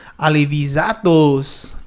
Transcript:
Alivizatos